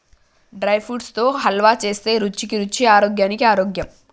dry fruits తో హల్వా చేస్తే రుచికి రుచి ఆరోగ్యానికి ఆరోగ్యం